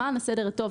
למען הסדר הטוב,